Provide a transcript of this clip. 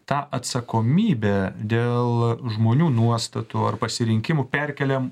tą atsakomybę dėl žmonių nuostatų ar pasirinkimų perkeliam